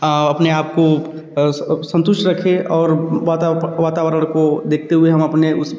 अपने आपको संतुष्ट रखे और वातावरण को देखते हुए हम अपने उस